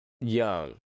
Young